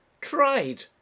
Tried